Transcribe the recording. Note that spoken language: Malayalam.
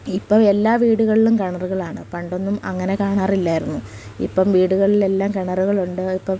ഇപ്പം എല്ലാ വീടുകളിലും കിണറുകളാണ് പണ്ടൊന്നും അങ്ങനെ കാണാറില്ലായിരുന്നു ഇപ്പം വീടുകളിലെല്ലാം കിണറുകളുണ്ട് ഇപ്പം